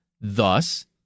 Thus